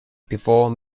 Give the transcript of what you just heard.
before